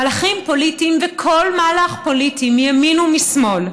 מהלכים פוליטיים, כל מהלך פוליטי מימין ומשמאל,